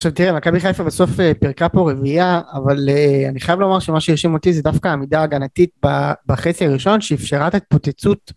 עכשיו תראה, מכבי חיפה בסוף פירקה פה רביעייה אבל אני חייב לומר שמה שהרשים אותי זה דווקא העמידה ההגנתית בחצי הראשון שאפשרה את התפוצצות